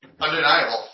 undeniable